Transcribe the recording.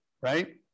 right